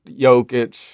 Jokic